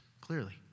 clearly